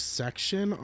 section